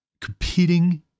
competing